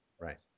Right